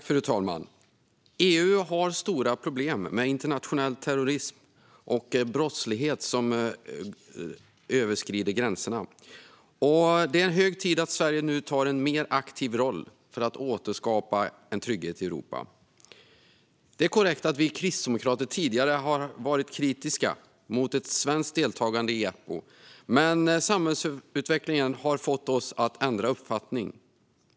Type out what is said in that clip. Fru talman! EU har stora problem med internationell terrorism och brottslighet som överskrider gränserna, och det är hög tid att Sverige tar en mer aktiv roll för att återskapa en trygghet i Europa. Det är korrekt att vi kristdemokrater tidigare har varit kritiska mot ett svenskt deltagande i Eppo, men samhällsutvecklingen har fått oss att ändra uppfattning.